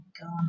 God